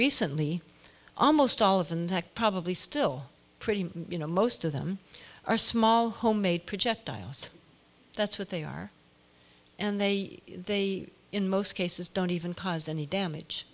recently almost all of and probably still pretty you know most of them are small homemade projectiles that's what they are and they they in most cases don't even cause any damage